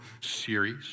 series